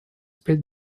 пять